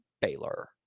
Baylor